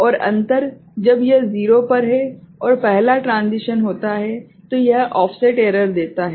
और अंतर जब यह 0 पर है और पहला ट्रांसिशन होता है तो यह ऑफसेट एरर देता है